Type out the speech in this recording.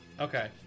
Okay